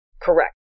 Correct